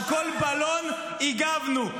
על כל בלון הגבנו.